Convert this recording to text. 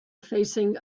facing